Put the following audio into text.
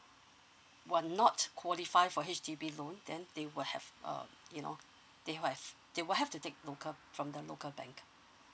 were not qualify for H_D_B loan then they will have uh you know they will have they will have to take loan from the local bank